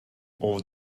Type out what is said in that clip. all